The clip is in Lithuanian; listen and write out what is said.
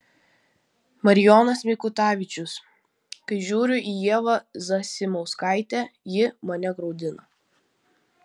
marijonas mikutavičius kai žiūriu į ievą zasimauskaitę ji mane graudina